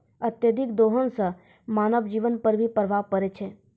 अत्यधिक दोहन सें मानव जीवन पर भी प्रभाव परै छै